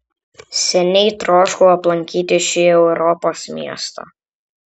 seniai troškau aplankyti šį europos miestą